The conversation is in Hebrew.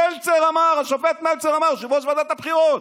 מלצר אמר, השופט מלצר אמר, יושב-ראש ועדת הבחירות,